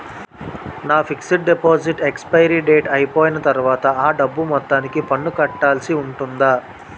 నా fixed deposit expiry date అయిపోయిన తర్వాత అ డబ్బు మొత్తానికి పన్ను కట్టాల్సి ఉంటుందా?